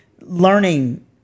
learning